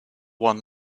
one